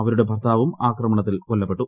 അവരുടെ ഭൂർത്തിട്ടും ആക്രമണത്തിൽ കൊല്ലപ്പെട്ടു